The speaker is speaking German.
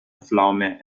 pflaume